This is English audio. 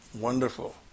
wonderful